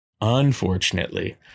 Unfortunately